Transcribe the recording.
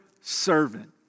servant